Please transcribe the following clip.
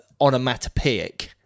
onomatopoeic